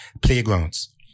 playgrounds